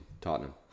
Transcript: Tottenham